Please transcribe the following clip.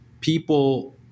people